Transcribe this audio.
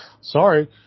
Sorry